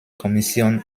kommission